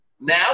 Now